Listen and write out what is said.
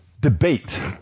debate